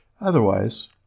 Otherwise